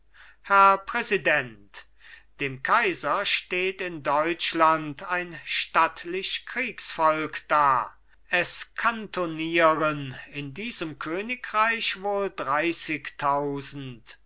herr präsident dem kaiser steht in deutschland ein stattlich kriegsvolk da es kantonieren in diesem königreich wohl dreißigtausend